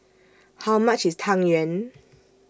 How much IS Tang Yuen